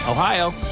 Ohio